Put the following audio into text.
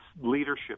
leadership